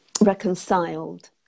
reconciled